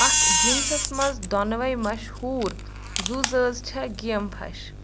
اتھ جینسس منٛز دۄنوے مشہوٗر زوٗزٲژٕ چھے گیم فش